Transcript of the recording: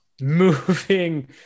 moving